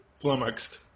flummoxed